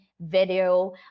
video